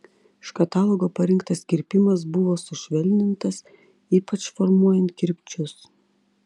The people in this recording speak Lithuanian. iš katalogo parinktas kirpimas buvo sušvelnintas ypač formuojant kirpčius